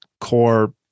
core